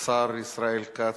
השר ישראל כץ,